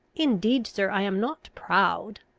indeed, sir, i am not proud.